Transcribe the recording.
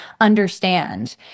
understand